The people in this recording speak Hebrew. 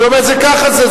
ככה זה.